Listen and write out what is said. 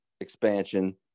expansion